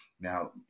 Now